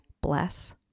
bless